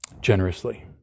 generously